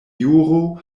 juro